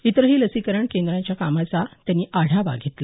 इतरही लसीकरण केंद्रांच्या कामाचा त्यांनी आढावा घेतला